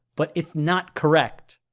but it's not correct.